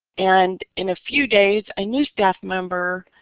and in a few days a new staff member,